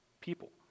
people